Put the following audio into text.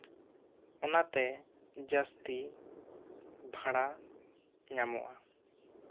ᱚᱱᱟᱛᱮ ᱡᱟ ᱥᱛᱤ ᱵᱷᱟᱲᱟ ᱧᱟᱢᱚᱜᱼᱟ